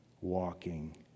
walking